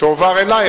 תועבר אלי,